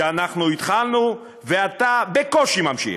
שאנחנו התחלנו ואתה בקושי ממשיך.